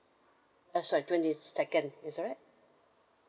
uh sorry twenty second is that right